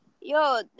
Yo